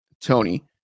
Tony